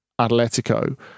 Atletico